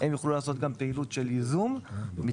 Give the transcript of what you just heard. הם יוכלו לעשות גם פעילות של ייזום מתקדם,